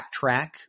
backtrack